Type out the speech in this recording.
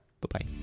bye-bye